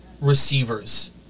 receivers